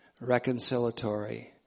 reconciliatory